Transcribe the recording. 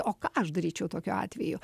o ką aš daryčiau tokiu atveju